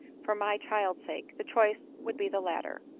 for my child's sake, the choice would be the latter.